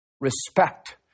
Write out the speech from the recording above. respect